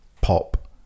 pop